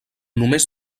només